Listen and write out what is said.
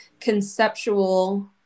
conceptual